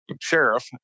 sheriff